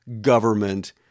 government